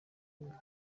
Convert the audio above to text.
imbwa